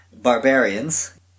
barbarians